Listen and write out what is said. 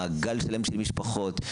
מעגל שלם של משפחות,